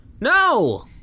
No